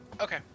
Okay